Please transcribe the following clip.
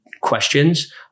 questions